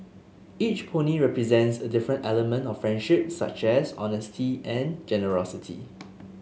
each pony represents a different element of friendship such as honesty and generosity